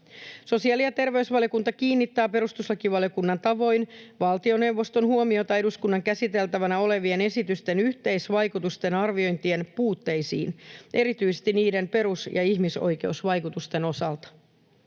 Sosiaali- ja terveysvaliokunta kiinnittää perustuslakivaliokunnan tavoin valtioneuvoston huomiota eduskunnan käsiteltävänä olevien esitysten yhteisvaikutusten arviointien puutteisiin, erityisesti niiden perus- ja ihmisoikeusvaikutusten osalta.